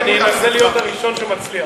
אני אנסה להיות הראשון שמצליח.